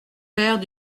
vert